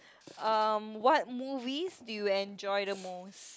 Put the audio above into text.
um what movies do you enjoy the most